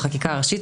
החקיקה הראשית.